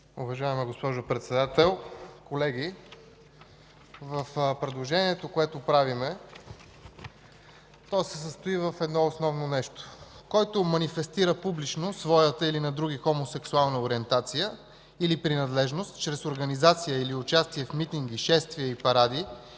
Уважаема госпожо Председател, колеги! Предложението, което правим, се състои от едно основно нещо – който манифестира публично своята или на други хомосексуална ориентация или принадлежност чрез организация или участия в митинги, шествия и паради